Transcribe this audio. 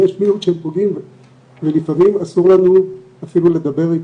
יש מיעוט שהם פוגעים ולפעמים אסור לנו אפילו לדבר איתם.